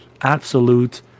absolute